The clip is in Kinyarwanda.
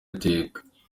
iteka